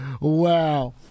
Wow